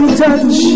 touch